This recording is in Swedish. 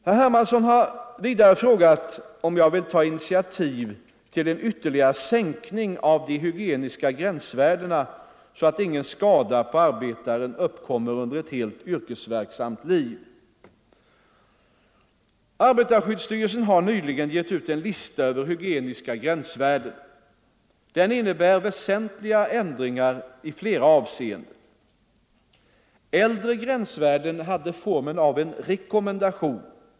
Herr Hermansson har vidare frågat om jag vill ta initiativ till en ytterligare sänkning av de hygieniska gränsvärdena så att ingen skada på arbetaren uppkommer under ett helt yrkesverksamt liv. Arbetarskyddsstyrelsen har nyligen gett ut en lista över hygieniska gränsvärden. Den innebär väsentliga ändringar i flera avseenden. Äldre gränsvärden hade formen av en rekommendation.